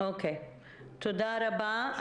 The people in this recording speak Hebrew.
תודה רבה.